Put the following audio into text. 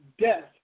death